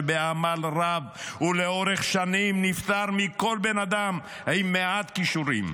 שבעמל רב ולאורך שנים נפטר מכל בן אדם עם מעט כישורים.